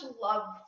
love